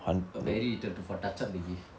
uh very little to for touch up they give